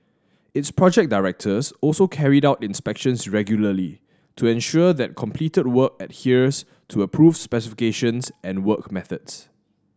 its project directors also carried out inspections regularly to ensure that completed work adheres to approved specifications and work methods